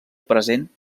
present